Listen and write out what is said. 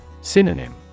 Synonym